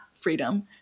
freedom